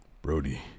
Brody